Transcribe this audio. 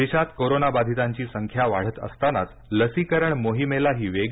देशात कोरोना बाधितांची संख्या वाढत असतानाच लसीकरण मोहिमेलाही वेग